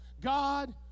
God